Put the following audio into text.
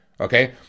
okay